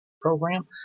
program